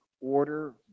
order